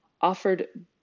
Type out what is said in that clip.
offered